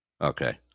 Okay